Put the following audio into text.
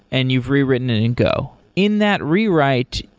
and you've rewritten it in go. in that rewrite,